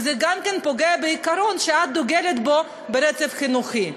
וזה גם פוגע בעיקרון שאת דוגלת בו של רצף חינוכי.